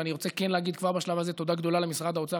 אני רוצה להגיד כבר בשלב הזה תודה גדולה למשרד האוצר,